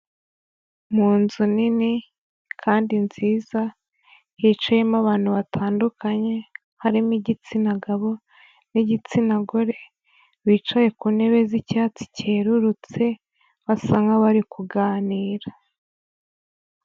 Mu nzu nini kandi nziza hicayemo abantu batandukanye, harimo igitsina gabo, n'igitsina gore, bicaye ku ntebe z'icyatsi cyerurutse basa nk'abari kuganira.